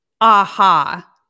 aha